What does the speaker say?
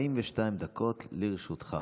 42 דקות לרשותך.